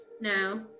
No